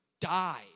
died